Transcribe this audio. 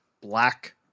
black